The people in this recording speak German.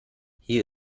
hier